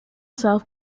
self